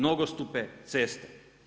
Nogostupe, ceste.